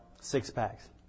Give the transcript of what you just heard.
six-packs